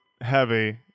heavy